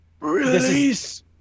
Release